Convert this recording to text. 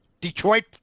Detroit –